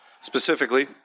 Specifically